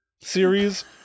series